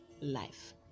life